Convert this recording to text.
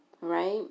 Right